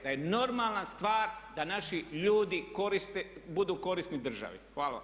To je normalna stvar da naši ljudi budu korisni državi.